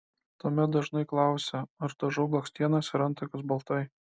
tuomet dažnai klausia ar dažau blakstienas ir antakius baltai